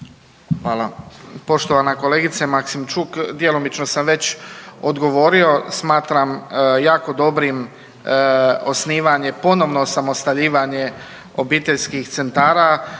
Hvala. Poštovana kolegice Maksimčuk, djelomično sam već odgovorio. Smatram jako dobrim osnivanje, ponovno osamostaljivanje obiteljskih centara